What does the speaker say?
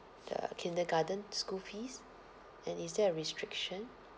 the kindergarten school fees and is there a restriction